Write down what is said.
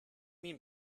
mean